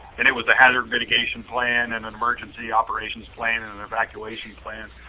and it was the hazard mitigation plan and and emergency operations plan and and evacuation plan.